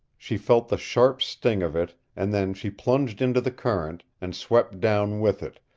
she felt the sharp sting of it, and then she plunged into the current, and swept down with it,